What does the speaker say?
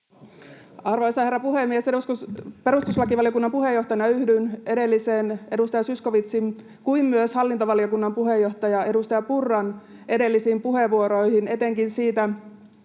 Arvoisa herra puhemies! Perustuslakivaliokunnan puheenjohtajana yhdyn niin edustaja Zyskowiczin kuin myös hallintovaliokunnan puheenjohtaja, edustaja Purran edellisiin puheenvuoroihin etenkin näistä